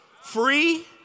Free